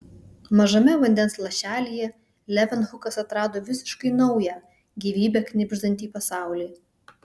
mažame vandens lašelyje levenhukas atrado visiškai naują gyvybe knibždantį pasaulį